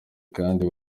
kandi